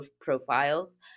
profiles